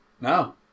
no